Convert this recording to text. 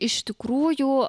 iš tikrųjų